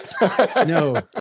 no